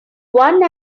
one